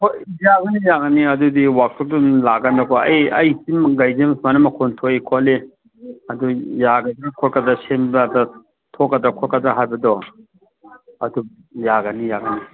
ꯍꯣꯏ ꯌꯥꯒꯅꯤ ꯌꯥꯒꯅꯤ ꯑꯗꯨꯗꯤ ꯋꯥꯛꯁꯣꯞꯇ ꯑꯗꯨꯝ ꯂꯥꯛꯂ ꯀꯥꯟꯗꯀꯣ ꯑꯩ ꯁꯤ ꯒꯥꯔꯤꯁꯦ ꯁꯨꯃꯥꯏꯅ ꯃꯈꯣꯜ ꯊꯣꯛꯏ ꯈꯣꯠꯂꯤ ꯑꯗꯨ ꯌꯥꯒꯗ꯭ꯔꯥ ꯈꯣꯠꯀꯗ꯭ꯔꯥ ꯁꯦꯝꯕ ꯊꯣꯛꯀꯗ꯭ꯔꯥ ꯈꯣꯠꯀꯗ꯭ꯔꯥ ꯍꯥꯏꯕꯗꯣ ꯑꯗꯨꯝ ꯌꯥꯒꯅꯤ ꯌꯥꯒꯅꯤ